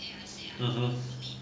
mmhmm